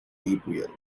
gabriel